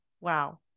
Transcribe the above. Wow